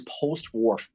post-war